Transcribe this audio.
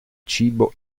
cibo